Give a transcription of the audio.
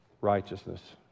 righteousness